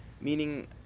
Meaning